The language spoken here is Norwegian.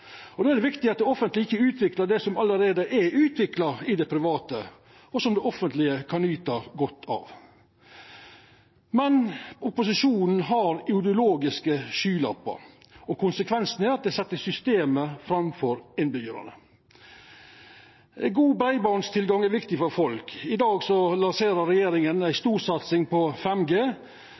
Då er det viktig at det offentlege ikkje utviklar det som allereie er utvikla i det private, og som det offentlege kan nyta godt av. Men opposisjonen har ideologiske skylappar, og konsekvensen er at dei set systemet framfor innbyggjarane. God tilgang til breiband er viktig for folk. I dag lanserer regjeringa ei storsatsing på